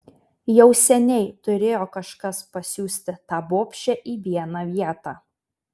jau seniai turėjo kažkas pasiųsti tą bobšę į vieną vietą